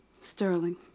Sterling